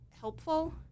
helpful